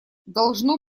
должно